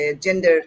gender